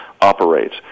operates